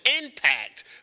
impact